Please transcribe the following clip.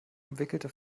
umwickelte